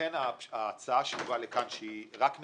לכן ההצעה שהובאה לכאן, שהיא רק מטיבה,